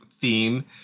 theme